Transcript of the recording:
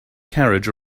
carriage